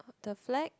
the flag